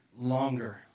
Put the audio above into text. longer